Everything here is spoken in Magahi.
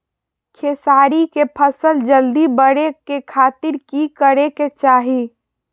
खेसारी के फसल जल्दी बड़े के खातिर की करे के चाही?